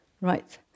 right